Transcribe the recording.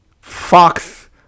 Fox